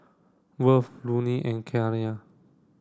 Worth Lonnie and Kiara